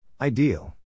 Ideal